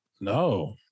No